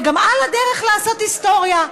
וגם על הדרך לעשות היסטוריה,